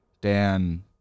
dan